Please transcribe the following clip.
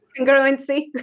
Congruency